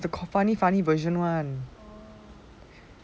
but it's the funny funny version [one]